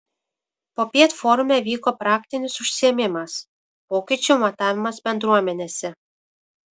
popiet forume vyko praktinis užsiėmimas pokyčių matavimas bendruomenėse